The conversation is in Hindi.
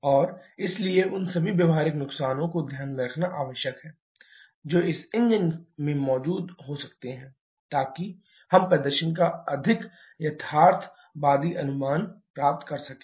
और इसलिए उन सभी व्यावहारिक नुकसानों को ध्यान में रखना आवश्यक है जो इंजन के संचालन में मौजूद हो सकते हैं ताकि हम प्रदर्शन का अधिक यथार्थवादी अनुमान प्राप्त कर सकें